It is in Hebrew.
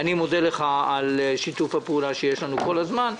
אני מודה לך על שיתוף הפעולה שיש לנו כל הזמן,